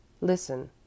Listen